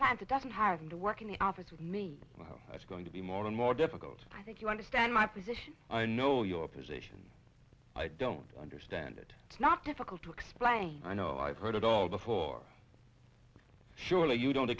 that doesn't have to work in the office with me well that's going to be more and more difficult i think you understand my position i know your position i don't understand it it's not difficult to explain i know i've heard it all before surely you don't